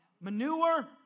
manure